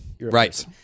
Right